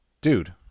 dude